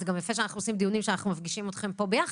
זה גם יפה שאנחנו עושים דיונים שאנחנו מפגישים אתכם פה יחד.